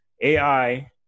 AI